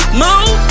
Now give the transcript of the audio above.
move